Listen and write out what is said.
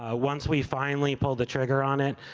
ah once we finally pulled the trigger on it,